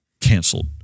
canceled